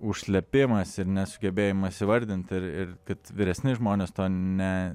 užslėpimas ir negebėjimas įvardinti ir ir kad vyresni žmonės to ne